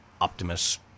Optimus